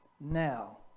now